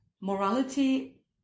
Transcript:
morality